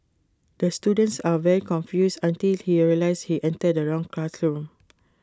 the students are very confused until he realised he entered the wrong classroom